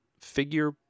figure